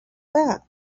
that